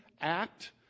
act